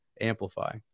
amplify